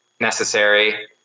necessary